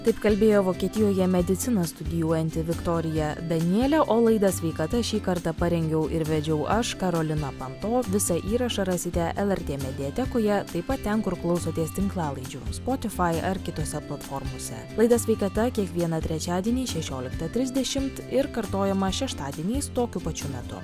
taip kalbėjo vokietijoje mediciną studijuojanti viktorija danielė o laida sveikata šį kartą parengiau ir vedžiau aš karolina panto visą įrašą rasite lrt mediatekoje taip pat ten kur klausotės tinklalaidžių spotify ar kitose platformose laida sveikata kiekvieną trečiadienį šešioliktą trisdešimt ir kartojama šeštadieniais tokiu pačiu metu